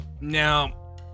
Now